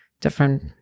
different